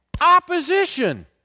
Opposition